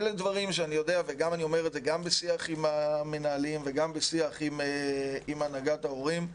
אני אומר את זה גם בשיח עם המנהלים וגם בשיח עם הנהגת ההורים,